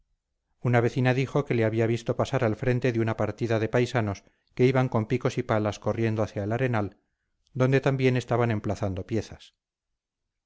una vecina dijo que le había visto pasar al frente de una partida de paisanos que iban con picos y palas corriendo hacia el arenal donde también estaban emplazando piezas